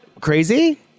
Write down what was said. crazy